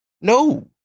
No